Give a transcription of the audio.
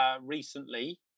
recently